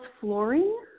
flooring